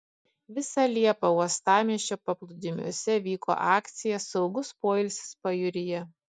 visą liepą uostamiesčio paplūdimiuose vyko akcija saugus poilsis pajūryje